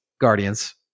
Guardians